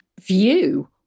view